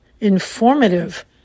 informative